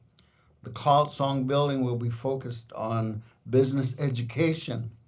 the cloud song building will be focused on business education.